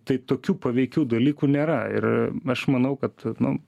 tai tokių paveikių dalykų nėra ir aš manau kad nu